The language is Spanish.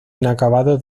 inacabado